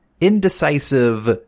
indecisive